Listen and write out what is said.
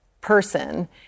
person